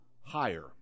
higher